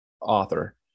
author